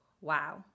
Wow